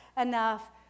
enough